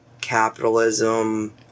capitalism